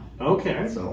Okay